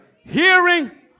hearing